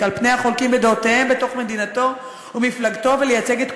"על פני החולקים בדעותיהם בתוך מדינתו ומפלגתו ולייצג את כולם.